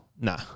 Nah